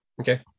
Okay